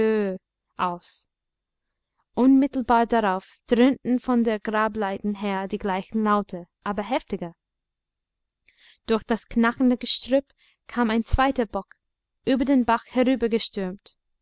aus unmittelbar darauf dröhnten von der grableiten her die gleichen laute aber heftiger durch das knackende gestrüpp kam ein zweiter bock über den bach